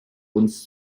uns